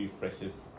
refreshes